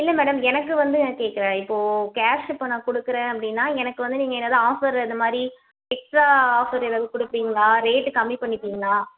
இல்லை மேடம் எனக்கு வந்து நான் கேட்குறேன் இப்போது கேஷு இப்போ நான் கொடுக்குறேன் அப்படின்னா எனக்கு வந்து நீங்கள் ஏதாவது ஆஃபர் அதுமாதிரி எக்ஸ்ட்ரா ஆஃபர் ஏதாவது கொடுப்பீங்களா ரேட்டு கம்மி பண்ணிப்பீங்களா